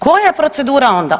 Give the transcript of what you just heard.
Koja je procedura onda?